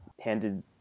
handed